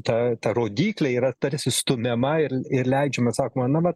ta ta rodyklė yra tarsi stumiama ir ir leidžiama sakoma na mat